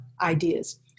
ideas